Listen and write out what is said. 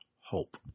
hope